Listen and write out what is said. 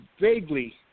vaguely